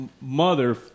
mother